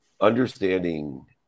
understanding